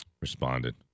responded